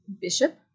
bishop